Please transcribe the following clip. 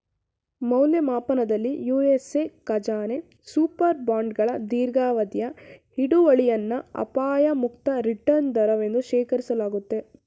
ಮೌಲ್ಯಮಾಪನದಲ್ಲಿ ಯು.ಎಸ್.ಎ ಖಜಾನೆ ಸೂಪರ್ ಬಾಂಡ್ಗಳ ದೀರ್ಘಾವಧಿಯ ಹಿಡುವಳಿಯನ್ನ ಅಪಾಯ ಮುಕ್ತ ರಿಟರ್ನ್ ದರವೆಂದು ಶೇಖರಿಸಲಾಗುತ್ತೆ